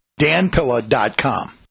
danpilla.com